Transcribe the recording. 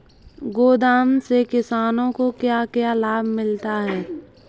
गोदाम से किसानों को क्या क्या लाभ मिलता है?